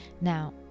Now